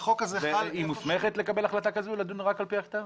היא מוסמכת לקבל החלטה כזאת לדון רק על פי הכתב?